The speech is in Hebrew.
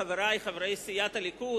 חברי חברי סיעת הליכוד,